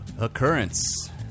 Occurrence